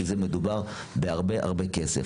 כי מדובר בהרבה הרבה כסף.